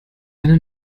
eine